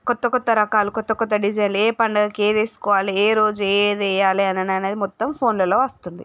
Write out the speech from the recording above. కొత్త కొత్త రకాలు కొత్త కొత్త డిజైన్లు ఏ పండగకి ఏది వేసుకోవాలి ఏ రోజు ఏది వెయ్యాలి అననననేది మొత్తం ఫోన్లలో వస్తుంది